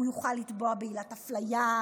הוא יוכל לתבוע בעילת אפליה,